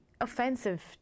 offensive